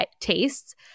tastes